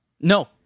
No